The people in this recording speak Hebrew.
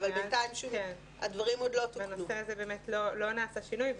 ובנושא הזה לא נעשה שינוי.